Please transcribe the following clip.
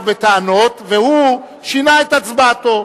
בטענות והוא שינה את הצבעתו.